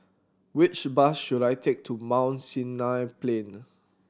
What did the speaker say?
which bus should I take to Mount Sinai Plain